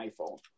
iPhone